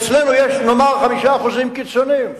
אצלנו יש נאמר 5% קיצוניים.